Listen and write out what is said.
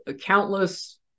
countless